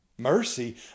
Mercy